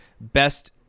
best